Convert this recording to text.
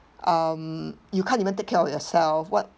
um you can't even take care of yourself what